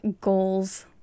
goals